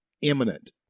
imminent